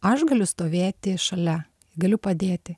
aš galiu stovėti šalia galiu padėti